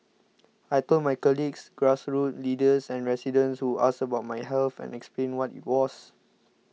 I told my colleagues grassroots leaders and residents who asked about my health and explained what it was